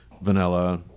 vanilla